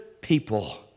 people